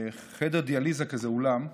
בחדר דיאליזה כזה, באולם,